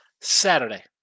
Saturday